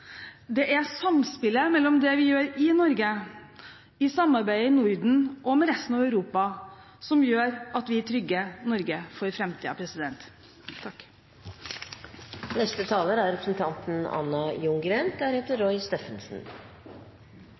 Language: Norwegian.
Det er samspillet mellom det vi gjør i Norge, i samarbeid med Norden og med resten av Europa, som gjør at vi trygger Norge for